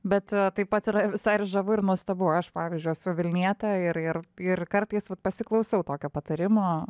bet taip pat yra ir visai ir žavu ir nuostabu aš pavyzdžiui esu vilnietė ir ir ir kartais pasiklausau tokio patarimo